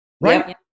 right